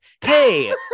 Hey